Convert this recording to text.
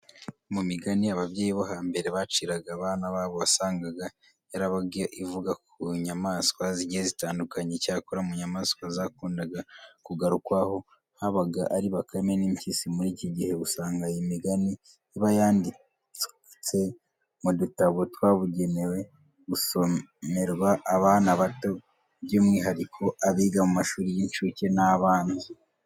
Mu migani ababyeyi bo hambere baciraga abana babo wasangaga yarabaga ivuga ku nyamaswa zigiye zitandukanye. Icyakora mu nyamaswa zakundaga kugarukwaho yabaga ari bakame n'impyisi. Muri iki gihe usanga iyi migani iba yanditse mu dutabo twagenewe gusomerwa abana bato by'umwihariko abiga mu mashuri y'incuke n'abanza.